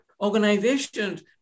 organizations